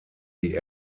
die